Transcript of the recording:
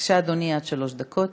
בבקשה, אדוני, עד שלוש דקות.